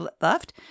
left